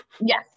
Yes